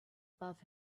above